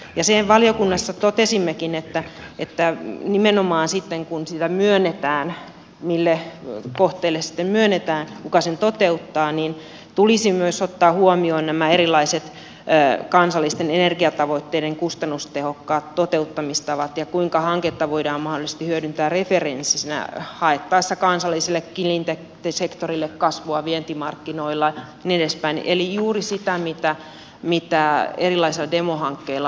ja sen valiokunnassa totesimmekin että nimenomaan sitten kun sitä myönnetään mille kohteelle sitten myönnetään kuka sen toteuttaa niin tulisi myös ottaa huomioon nämä erilaiset kansallisten energiatavoitteiden kustannustehokkaat toteuttamistavat ja se kuinka hanketta voidaan mahdollisesti hyödyntää referenssinä haettaessa kansalliselle cleantech sektorille kasvua vientimarkkinoilla ja niin edespäin eli juuri sitä mitä erilaisilla demohankkeilla halutaan